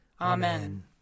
Amen